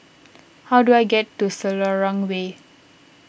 how do I get to Selarang Way